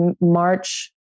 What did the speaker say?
March